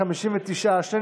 קבוצת סיעת ש"ס,